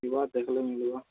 ଥିବା ଦେଖିଲେ ମିଲିବା